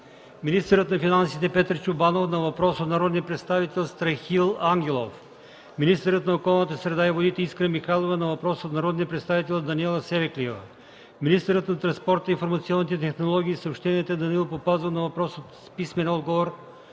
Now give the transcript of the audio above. министърът на финансите Петър Чобанов на въпрос от народния представител Страхил Ангелов; - министърът на околната среда и водите Искра Михайлова на въпрос от народния представител Даниела Савеклиева; - министърът на транспорта, информационните технологии и съобщенията Данаил Папазов на въпрос с писмен отговор